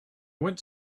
went